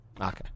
Okay